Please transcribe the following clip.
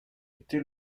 été